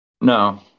No